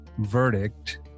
verdict